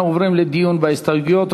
אנחנו עוברים לדיון בהסתייגויות.